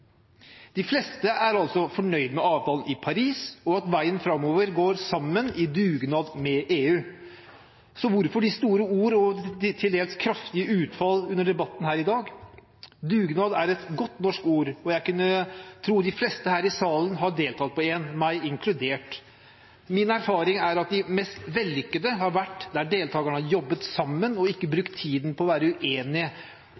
De fleste er altså fornøyd med avtalen i Paris og med at veien framover går sammen med og i dugnad med EU. Så hvorfor de store ord og de til dels kraftige utfall under debatten her i dag? Dugnad er et godt norsk ord, og jeg tror de fleste her i salen har deltatt på én, meg inkludert. Min erfaring er at de mest vellykkede har vært der deltakerne har jobbet sammen og ikke